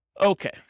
Okay